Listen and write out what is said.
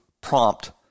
prompt